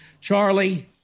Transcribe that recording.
Charlie